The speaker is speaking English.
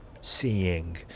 seeing